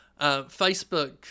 Facebook